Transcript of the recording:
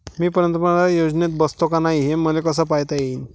मी पंतप्रधान योजनेत बसतो का नाय, हे मले कस पायता येईन?